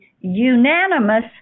unanimous